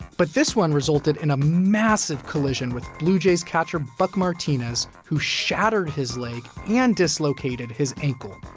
but this one resulted in a massive collision with blue jays catcher buck martinez, who shattered his leg and dislocated his ankle.